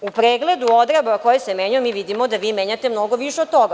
U pregledu odredaba koje se menjaju mi vidimo da vi menjate mnogo više od toga.